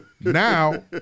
now